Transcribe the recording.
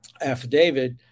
affidavit